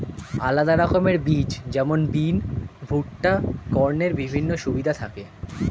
আলাদা রকমের বীজ যেমন বিন, ভুট্টা, কর্নের বিভিন্ন সুবিধা থাকি